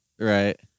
Right